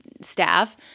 staff